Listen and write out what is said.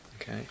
Okay